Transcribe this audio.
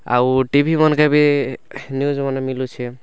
ଆଉ ଟିଭିମନ୍କେ ବି ନ୍ୟୁଜ୍ମାନେ ମିଲୁଛେ